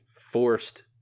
forced